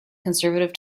conservative